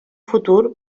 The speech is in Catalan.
futur